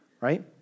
right